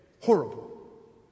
Horrible